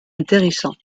intéressant